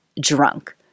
drunk